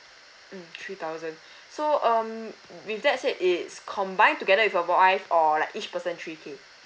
mm three thousand so um with that said it's combined together with your wife or like each person three K